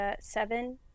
seven